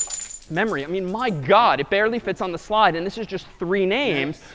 memory. i mean, my god, it barely fits on the slide. and this is just three names.